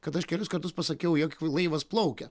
kad aš kelis kartus pasakiau jog laivas plaukia